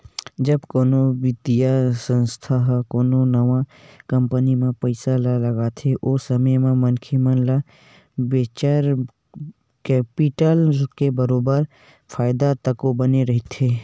जब कोनो बित्तीय संस्था ह कोनो नवा कंपनी म पइसा ल लगाथे ओ समे म मनखे मन ल वेंचर कैपिटल ले बरोबर फायदा तको बने रहिथे